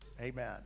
Amen